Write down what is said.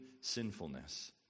sinfulness